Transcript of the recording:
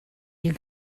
you